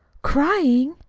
crying!